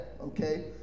okay